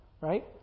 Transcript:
right